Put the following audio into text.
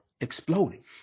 exploding